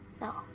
No